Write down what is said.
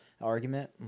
argument